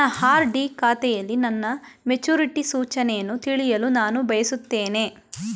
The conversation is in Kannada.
ನನ್ನ ಆರ್.ಡಿ ಖಾತೆಯಲ್ಲಿ ನನ್ನ ಮೆಚುರಿಟಿ ಸೂಚನೆಯನ್ನು ತಿಳಿಯಲು ನಾನು ಬಯಸುತ್ತೇನೆ